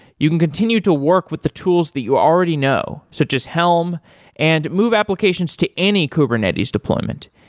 you can continue to work with the tools that you already know, such as helm and move applications to any kubernetes deployment.